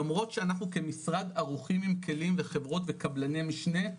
למרות שאנחנו כמשרד ערוכים עם כלים וחברות וקבלני משנה,